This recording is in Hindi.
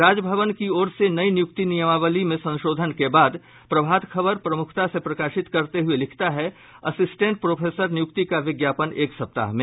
राजभवन की ओर से नई नियुक्ति नियमावली में संशोधन के बाद प्रभात खबर प्रमुखता से प्रकाशित करते हुये लिखता है असिस्टेंट प्रोफेसर नियुक्ति का विज्ञापन एक सप्ताह में